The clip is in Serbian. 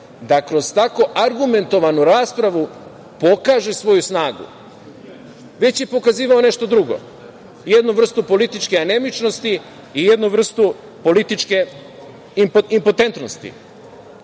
da kroz tako argumentovanu raspravu pokaže svoju snagu, već je pokazivao nešto drugo. Jednu vrstu političke anemičnosti i jednu vrstu političke impotentnosti.Za